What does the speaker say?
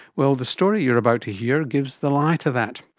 well, the story you're about to hear gives the lie to that.